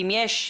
אם יש,